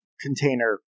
container